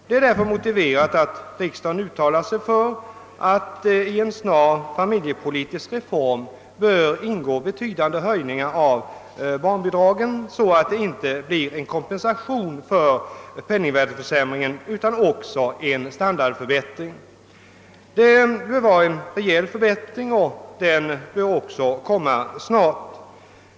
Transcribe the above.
Det är därför motiverat att riksdagen uttalar sig för att i en snar familjepolitisk reform bör ingå betydande höjningar av barnbidragen, så att det inte bara blir en kompensation för penningvärdeförsämringen utan också ger en standardförbättring. Det bör vara en rejäl förbättring, och den bör också komma snart.